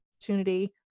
opportunity